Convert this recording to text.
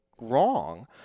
Wrong